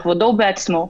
בכבודו ובעצמו,